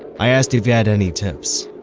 i asked if he had any tips.